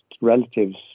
relatives